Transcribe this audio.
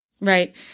Right